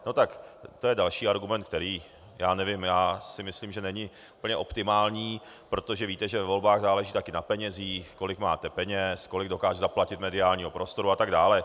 To je další argument, který, já nevím, já si myslím, že není úplně optimální, protože víte, že ve volbách záleží taky na penězích, kolik máte peněz, kolik dokážete zaplatit mediálního prostoru atd.